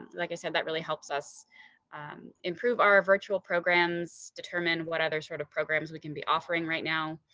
like i said, that really helps us improve our virtual programs determine what other sort of programs we can be offering right now.